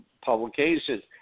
Publications